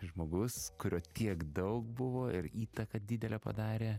žmogus kurio tiek daug buvo ir įtaką didelę padarė